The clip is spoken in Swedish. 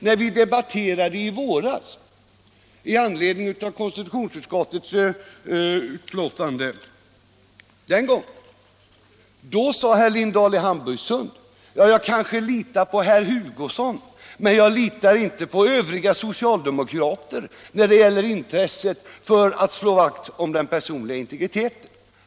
När vi i våras debatterade med anledning av konstitutionsutskottets betänkande den gången sade herr Lindahl i Hamburgsund: Jag litar kanske på herr Hugosson, men jag litar inte på de övriga socialdemokraterna när det gäller intresset för att slå vakt om den personliga integriteten.